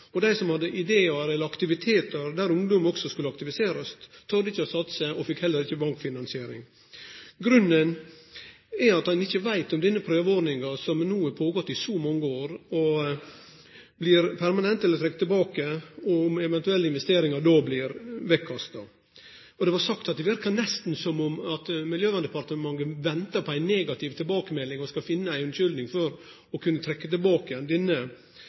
og dei som hadde idear eller stod for aktivitetar til ungdom, torde ikkje å satse og fekk heller ikkje bankfinansiering. Grunnen til dette er at ein ikkje veit om denne prøveordninga som har gått føre seg i så mange år, blir permanent eller trekt tilbake, og om eventuelle investeringar då blir bortkasta. Det blei sagt at det verka nesten som om Miljøverndepartementet venta på ei negativ tilbakemelding og skal finne ei unnskyldning for å kunne trekkje tilbake igjen denne